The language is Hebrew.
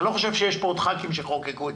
אני לא חושב שיש כאן עוד חבר כנסת שחוקק חוק כזה.